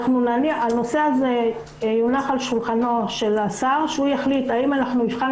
הנושא הזה יונח על שולחנו של השר שיחליט האם אנחנו נבחן